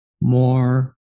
more